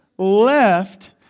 Left